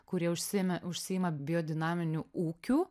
kurie užsiėmė užsiima biodinaminiu ūkiu